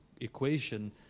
equation